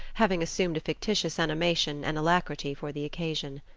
having assumed a fictitious animation and alacrity for the occasion.